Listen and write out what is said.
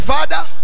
Father